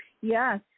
Yes